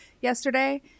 yesterday